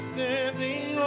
standing